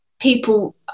people